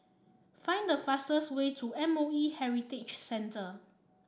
find the fastest way to M O E Heritage Centre